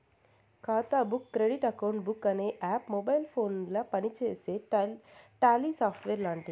ఖాతా book credit account book అనే app mobile ఫోనుల పనిచేసే టాలీ సాఫ్ట్వేర్ లాంటిది